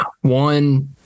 one